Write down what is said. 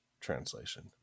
translation